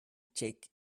check